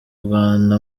rwanda